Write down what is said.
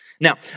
Now